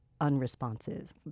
unresponsive